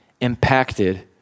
impacted